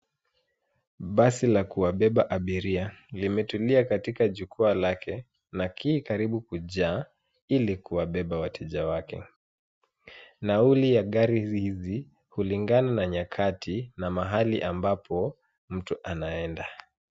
Basi la kuwabeba abiria limetulia katika jukwa lake na ki karibu kujaa ili kuwabeba wateja wake. Nauli ya gari hizi hizi hulingana na nyakati na mahali ambapo mtu anaenda.